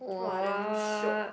!wah! damn shiok